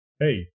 hey